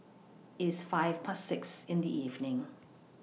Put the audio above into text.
its five Past six in The evening